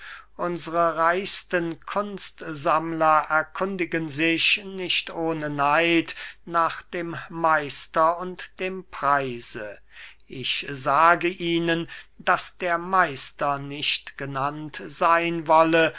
unsre reichsten kunstsammler erkundigen sich nicht ohne neid nach dem meister und dem preise ich sage ihnen daß der meister nicht genannt seyn wolle